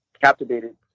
captivated